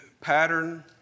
pattern